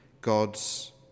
God's